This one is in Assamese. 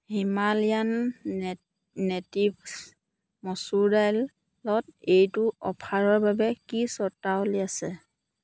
হিমালয়ান নেটি নেটিভ্ছ মচুৰ দাইলত এইটো অফাৰৰ বাবে কি চৰ্তাৱলী আছে